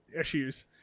issues